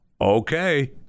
okay